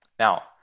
Now